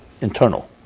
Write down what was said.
internal